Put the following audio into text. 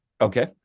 Okay